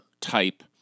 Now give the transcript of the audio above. type